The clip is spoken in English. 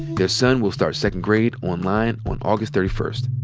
their son will start second grade online on august thirty first.